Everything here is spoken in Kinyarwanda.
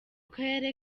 karere